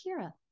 Kira